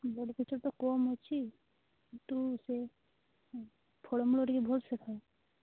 blood ପ୍ରେସର୍ଟା କମ୍ ଅଛି ତୁ ସେ ଫଳ ମୂଳ ଟିକେ ଭଲ ସେ ଖାଆ